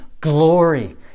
glory